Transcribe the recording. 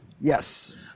Yes